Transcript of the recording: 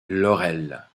laurel